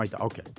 Okay